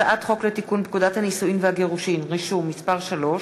הצעת חוק לתיקון פקודת הנישואין והגירושין (רישום) (מס' 3)